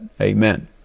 Amen